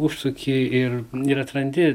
užsuki ir ir atrandi